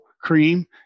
cream